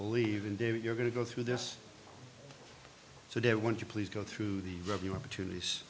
believe in david you're going to go through this so that won't you please go through the revenue opportunities